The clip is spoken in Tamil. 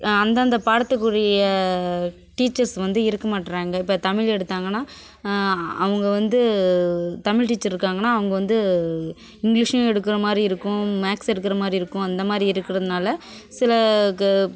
அந்தந்த பாடத்துக்கு உரிய டீச்சர்ஸ் வந்து இருக்க மாட்றாங்க இப்போ தமிழ் எடுத்தாங்கன்னா அவங்க வந்து தமிழ் டீச்சர் இருக்காங்கன்னா அவங்க வந்து இங்லீஷ்ஷையும் எடுக்குறமாதிரி இருக்கும் மேக்ஸ் எடுக்குறமாதிரி இருக்கும் அந்தமாதிரி இருக்கிறதுனால சில க